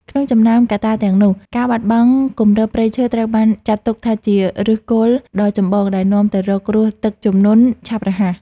ក្នុងចំណោមកត្តាទាំងនោះ ការបាត់បង់គម្របព្រៃឈើត្រូវបានចាត់ទុកថាជាឫសគល់ដ៏ចម្បងដែលនាំទៅរកគ្រោះទឹកជំនន់ឆាប់រហ័ស។